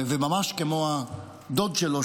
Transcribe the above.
וממש כמו הדוד שלו,